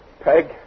Peg